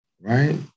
Right